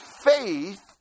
faith